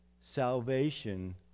salvation